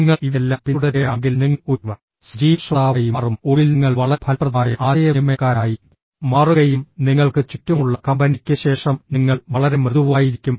നിങ്ങൾ ഇവയെല്ലാം പിന്തുടരുകയാണെങ്കിൽ നിങ്ങൾ ഒരു സജീവ ശ്രോതാവായി മാറും ഒടുവിൽ നിങ്ങൾ വളരെ ഫലപ്രദമായ ആശയവിനിമയക്കാരനായി മാറുകയും നിങ്ങൾക്ക് ചുറ്റുമുള്ള കമ്പനിയ്ക്ക് ശേഷം നിങ്ങൾ വളരെ മൃദുവായിരിക്കും